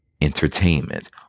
entertainment